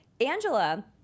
Angela